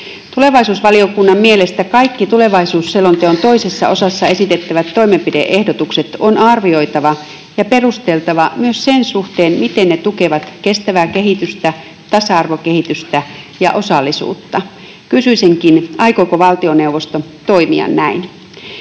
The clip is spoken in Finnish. Tulevaisuusvaliokunnan mielestä kaikki tulevaisuuselonteon toisessa osassa esitettävät toimenpide-ehdotukset on arvioitava ja perusteltava myös sen suhteen, miten ne tukevat kestävää kehitystä, tasa-arvokehitystä ja osallisuutta. Kysyisinkin: aikooko valtioneuvosto toimia näin?